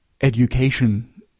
education